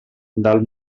del